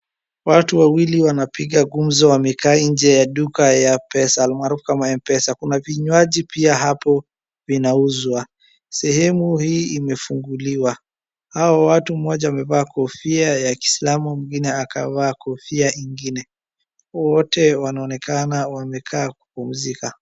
Watu wawili wanapiga gumzo wamekaa nje ya duka ya pesa alamaarufu kama Mpesa. Kuna vinywaji pia hapo vinauzwa. Sehemu hii imefunguliwa. Hao watu mmoja amevaa kofia ya kislamu mwingine akavaa kofia ingine. Wote wanaonekana wamekaa kupumzika.